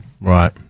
Right